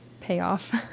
payoff